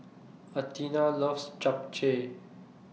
Athena loves Japchae